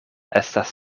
estas